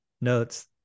notes